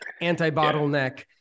anti-bottleneck